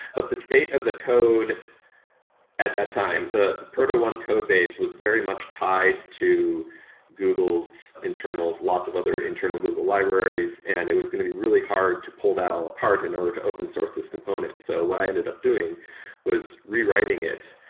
the state of the code at that time, the proto one code base is very much tied to google's internals, lots of other internal google libraries and it was going to be really hard to pull that all apart in order to open source this component. so what i ended up doing was rewriting it.